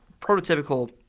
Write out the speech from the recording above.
prototypical